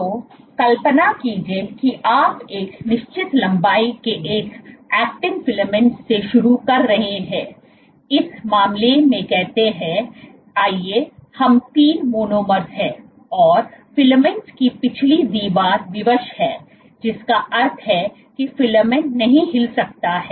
तो कल्पना कीजिए कि आप एक निश्चित लंबाई के एक एक्टिन फिलामेंट से शुरू कर रहे हैं इस मामले में कहते हैं आइए हम तीन मोनोमर्स हैं और फिलामेंट की पिछली दीवार विवश है जिसका अर्थ है कि फिलामेंट नहीं हिल सकता है